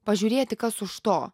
pažiūrėti kas už to